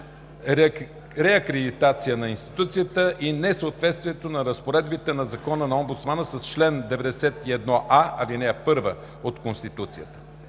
реакредитация на институцията и несъответствието на разпоредбите на Закона за омбудсмана с чл. 91а, ал. 1 от Конституцията.